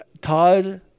Todd